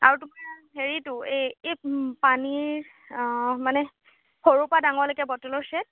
আৰু তোমাৰ হেৰিটো এই এই পানীৰ মানে সৰুৰ পৰা ডাঙৰলেকে বটলৰ ছেট